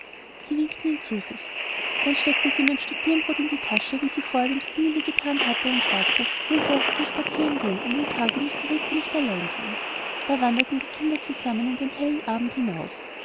sie winkte ihn zu sich dann steckte sie ihm ein stück birnbrot in die tasche wie sie vorher dem stineli getan hatte und sagte nun sollten sie spazieren gehen an dem tage müsse rico nicht allein sein da wanderten die kinder zusammen in den hellen abend hinaus